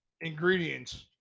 ingredients